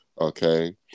Okay